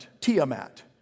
Tiamat